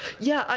yeah.